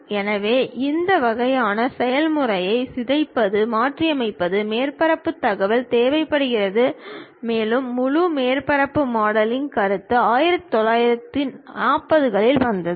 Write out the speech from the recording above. எனவே இந்த வகையான செயல்முறையை சிதைப்பது மாற்றியமைப்பது மேற்பரப்பு தகவல் தேவைப்படுகிறது மற்றும் முழு மேற்பரப்பு மாடலிங் கருத்து 1940 களில் வந்தது